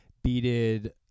beaded